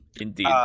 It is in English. indeed